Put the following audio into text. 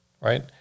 right